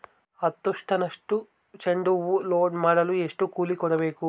ಹತ್ತು ಟನ್ನಷ್ಟು ಚೆಂಡುಹೂ ಲೋಡ್ ಮಾಡಲು ಎಷ್ಟು ಕೂಲಿ ಕೊಡಬೇಕು?